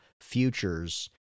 futures